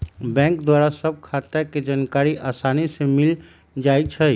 bank द्वारा सभ खता के जानकारी असानी से मिल जाइ छइ